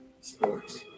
Sports